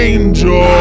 Angel